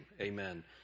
amen